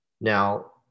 Now